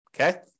Okay